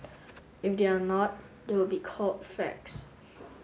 if they are not they would not be called facts